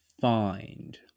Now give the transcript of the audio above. find